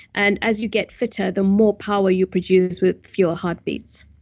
and as you get fitter, the more power you produce with fewer heartbeats.